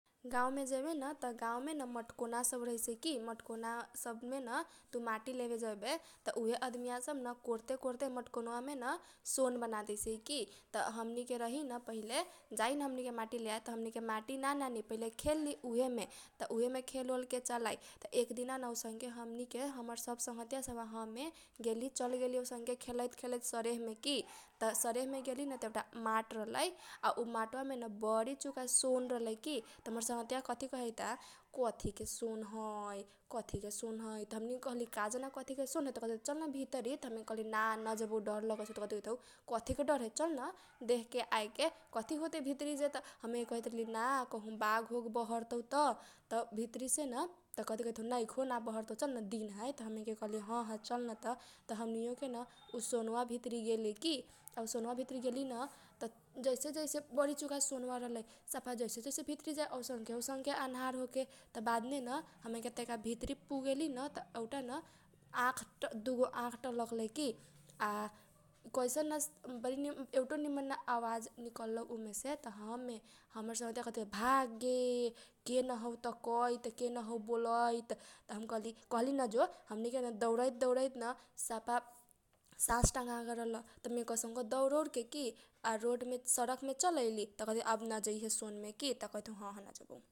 गाँउ मे जइबे न त गाँउ मे न मटकोना सब रहैसै की मटकोना सब मेन तु माटी लेबे जैबे त उहे अदमीया सब न कोरते कोरते अदमीया सब न सोन बना दैसै की। त हमनी के रहीन पहिले जाइन हमनी के माटी लेआए त हमनी के माटी ना लेआइ पहिले खेलली उहेमे त उहे मे खेल ओलके चल आइ। त एक दिना न औसनके हमनी के हमर सब संगघतीया सब आ हमे गेली चल गेली औसनके खेलैत खेलैत सरेहमे की त सरेहमे गेलीन त एउटा माट रहलै। आ उ माटबामे न बरी चुका सोन रहलै की त हमर संगघतीया सब कथी कहैता कथी के सोन है कथी के सोन है त हमनी के कहली का जाना कथीके सोन है। त कथी कहैता चल न भित्री त हमनी के कहली ना न जबौ डर लगैत हौ त कथी कहैत हौ कथी के डर है चल न देखके आएके कथी होतै जे भित्री जे । त हमनी के कहैत रहली ना कहु बाघ ओघ बहरतौ तब त भित्री सेन कथी कहैत हौ नैखो ना बहरतौ चलन दिन है त हमनी के कहली हह चल नत त हमनी यो के न उ सोनबा भित्री गेली की। उ सोनबा भित्री गेली न त जैसे जैसे बरी चुका सौनवा रहलै सफा जैसे जैसे भित्री जाए औसनके औसनके अनहार होखे त बाद नेन हमनी के तैका भित्री पुगेलीन। त एउटा न आख दुगो न आख टलकलै की आ कसैन बरी एउटोन निमन आवाज निकलल उमेसे त हमे हमर संगघतीया कहैत हौ भाग गे केन हौ ताकैत केनहौ बोलैत। त हम कहली ना जो हमनी के न डौरैत डौरैत न सफा सास टंगेल रहल त हमनी के कैसनको डौर और के की आ रोडमे सरकमे चल आइली त अब ना जैहे सोन ओन मे की त कहैत हौ हह ना जबौ।